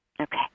Okay